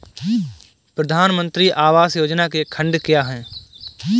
प्रधानमंत्री आवास योजना के खंड क्या हैं?